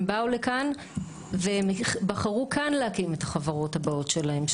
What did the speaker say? הם באו לכאן והם בחרו כאן להקים את החברות הבאות שלהם.